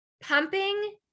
pumping